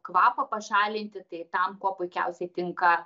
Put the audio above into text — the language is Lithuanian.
kvapą pašalinti tai tam kuo puikiausiai tinka